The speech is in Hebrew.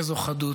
איזו חדות,